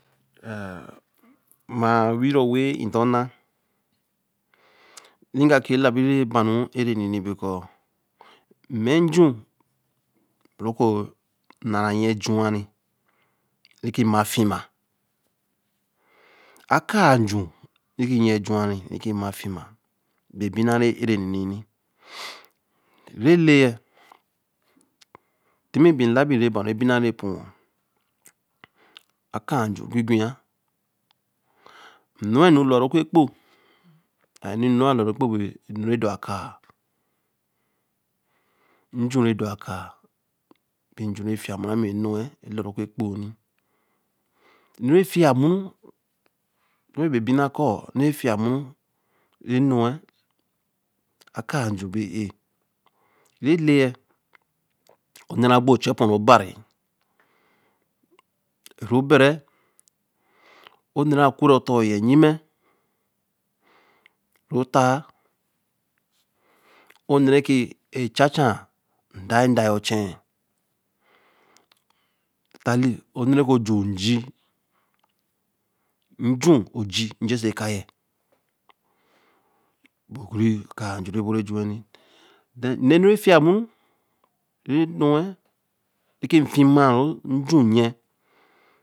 Mma weii re wen ē tor nn̄a re ga ke la bi re baru e rae nnī ba kor, mēeju be re kor nn̄e ra yen ju re, re rē ko ma fima a kāa ju re kīyen jure kiyen jure, bai bi nn̄a re ēre n̄n̄i, re le ye, timii bi labi re barebi na re pōyō a kāa ju gi yoe n̄ nn̄o nu kor wa ru Ō kur kpo, njure dor a kāa bi ju re fiya more mib ē nn̄o Ō kur kpo, enu re fiya more tima be bai nna kōo ēnure fiya moru e mo wen kāa ju be ē, re leya, Ō nne ra gbo Ō nne ra kur re otor ya Ibjimo ru ttāa ō n̄ne re cha-cha ndayindayin chen ē tta lēe, o nn̄e re ke nju ojī ēje. So ka ya, ba kāa ju re bore ju wa nni, nn̄e nu ra fiya mo ru be nn̄o re ju yen